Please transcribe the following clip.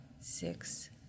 six